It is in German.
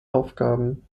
aufgaben